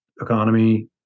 economy